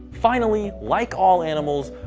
finally, like all animals,